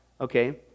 okay